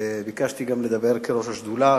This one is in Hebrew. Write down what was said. ביקשתי לדבר גם כראש השדולה.